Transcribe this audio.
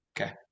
Okay